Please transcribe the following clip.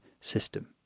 system